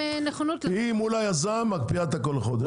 היא מול היזם מקפיאה את הכול לחודש.